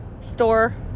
store